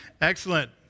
Excellent